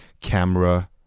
camera